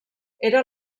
era